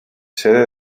sede